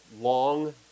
long